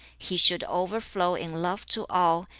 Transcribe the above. he should overflow in love to all,